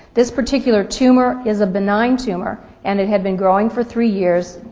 this particular tumor is a benign tumor and it had been growing for three years.